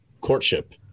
courtship